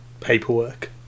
paperwork